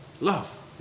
Love